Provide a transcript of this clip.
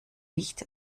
nicht